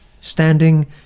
standing